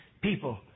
People